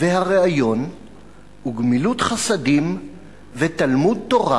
והריאיון וגמילות חסדים ותלמוד תורה,